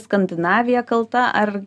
skandinavija kalta ar